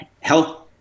health